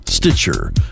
Stitcher